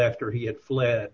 after he had fled